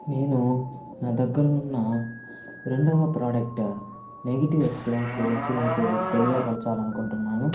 నేను నా దగ్గర ఉన్న రెండవ ప్రోడక్ట్ నెగటివ్ ఎక్స్పీరియన్స్ గురించి మీకు తెలియ పరచాలి అనుకుంటున్నాను